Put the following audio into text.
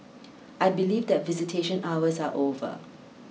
I believe that visitation hours are over